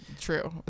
true